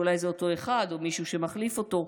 אולי זה אותו אחד או מישהו שמחליף אותו.